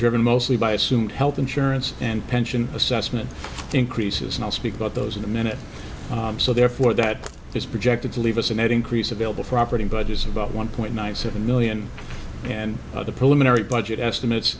driven mostly by assumed health insurance and pension assessment increases and i'll speak about those in a minute so therefore that is projected to leave us a net increase available for operating budgets about one point nine seven million and the preliminary budget estimates